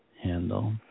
handle